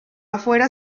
afuera